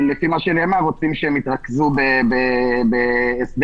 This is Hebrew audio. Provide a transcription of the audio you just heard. כל מיני יוזמות חדשות יהיו במסגרת הסדר